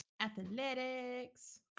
Athletics